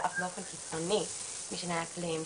ואף באופן קיצוני משינויי האקלים.